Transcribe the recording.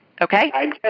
Okay